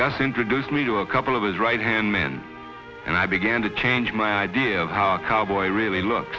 gus introduced me to a couple of his right hand man and i began to change my idea of how a cowboy really look